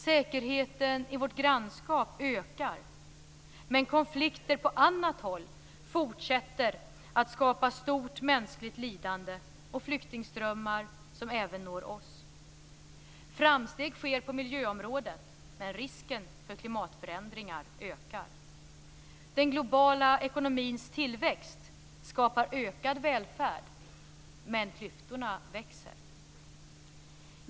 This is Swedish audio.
Säkerheten i vårt grannskap ökar, men konflikter på annat håll fortsätter att skapa stort mänskligt lidande och flyktingströmmar som även når oss. Framsteg sker på miljöområdet, men risken för klimatförändringar ökar. Den globala ekonomins tillväxt skapar ökad välfärd, men klyftorna växer.